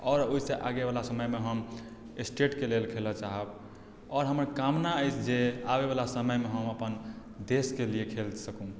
आओर ओहिसँ आगेवला समयमे हम स्टेटके लेल खेलय चाहब आओर हमर कामना अछि जे आबयवला समयमे हम अपन देशके लिए खेल सकी